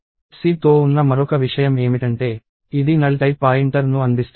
C తో ఉన్న మరొక విషయం ఏమిటంటే ఇది null టైప్ పాయింటర్ను అందిస్తుంది